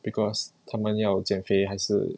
because 他们要减肥还是